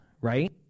Right